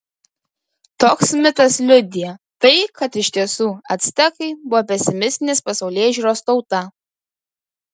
toks mitas liudija tai kad iš tiesų actekai buvo pesimistinės pasaulėžiūros tauta